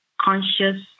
conscious